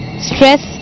Stress